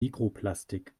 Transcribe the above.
mikroplastik